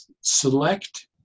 select